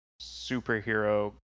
superhero